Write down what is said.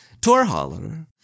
Torhaler